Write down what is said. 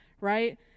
right